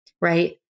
Right